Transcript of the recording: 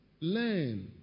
learn